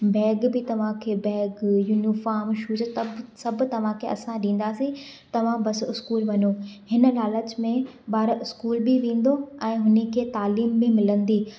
bag बि तव्हांखे bag uniform shoes तब सभु तव्हांखे असां ॾींदासीं तव्हां बसि स्कूल वञो हिन लालच मे ॿारु स्कूल बि वेंदो ऐं हुननि खे तालियू बि मिलंदी